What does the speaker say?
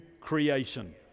creation